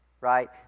Right